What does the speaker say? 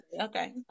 Okay